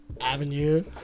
Avenue